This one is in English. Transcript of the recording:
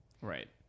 Right